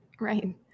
right